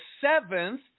seventh